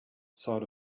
sort